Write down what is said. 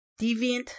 deviant